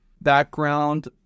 Background